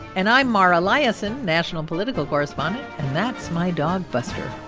and i'm mara liasson, national political correspondent. and that's my dog, buster